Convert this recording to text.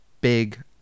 big